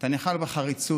אתה ניחן בחריצות,